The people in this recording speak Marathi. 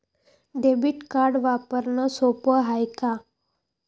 डेबिट कार्ड वापरणं सोप हाय का?